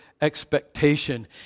expectation